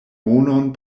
monon